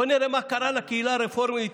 בואו נראה מה קרה לקהילה הרפורמית,